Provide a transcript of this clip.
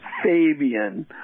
Fabian